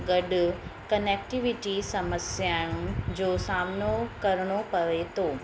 गॾु कनैक्टिविटी समस्याऊं जो सामनो करिणो पवे थो